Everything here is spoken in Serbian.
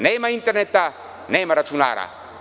Nema interneta, nema računara.